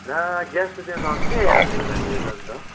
ला ग्यास त त्यहाँ त अस्ति हालिदिएको त हामीले त अन्त